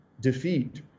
defeat